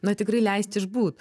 na tikrai leist išbūt